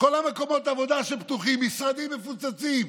כל מקומות העבודה שפתוחים, משרדים מפוצצים,